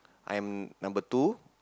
I'm number two